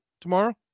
tomorrow